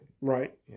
Right